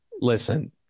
listen